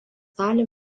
dalį